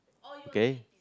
okay